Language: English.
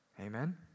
Amen